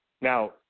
Now